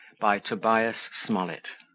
by tobias smollett